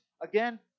again